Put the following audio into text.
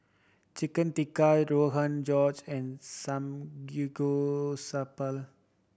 Chicken Tikka Rogan Josh and Samgeyopsal